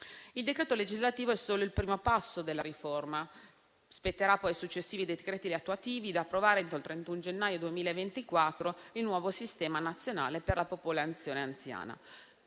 di legge delega è solo il primo passo della riforma; spetterà poi ai successivi decreti attuativi, da approvare entro il 31 gennaio 2024, riformulare il nuovo sistema nazionale per la popolazione anziana.